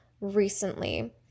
recently